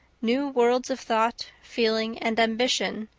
new worlds of thought, feeling, and ambition,